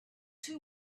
too